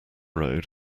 road